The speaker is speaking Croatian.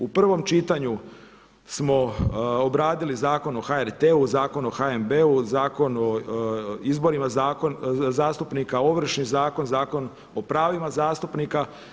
U prvom čitanju smo obradili Zakon o HRT-u, Zakon o HNB-u, Zakon o izborima zastupnika, Ovršni zakon, Zakon o pravima zastupnika.